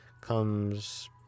comes